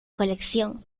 colección